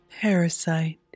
parasite